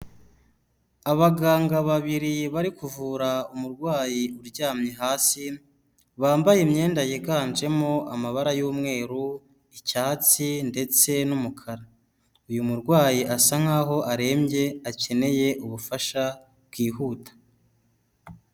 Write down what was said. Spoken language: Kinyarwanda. Abaganga babiri bari kuvura umurwayi uryamye hasi, bambaye imyenda yiganjemo amabara y'umweru, icyatsi ndetse n'umukara. Uyu murwayi asa nkaho arembye akeneye ubufasha bwihuta.